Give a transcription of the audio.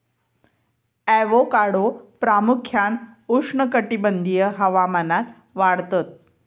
avocado प्रामुख्यान उष्णकटिबंधीय हवामानात वाढतत